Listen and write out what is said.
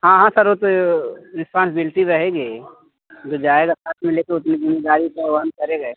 हाँ हाँ सर वो तो रिस्पांसबिल्टी रहेगी ही जो जाएगा साथ में ले कर उतनी जिम्मेदारी तो वहन करेगा